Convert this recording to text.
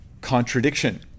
contradiction